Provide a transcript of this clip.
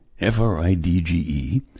F-R-I-D-G-E